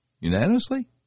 unanimously